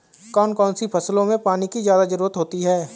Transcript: कौन कौन सी फसलों में पानी की ज्यादा ज़रुरत होती है?